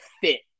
fit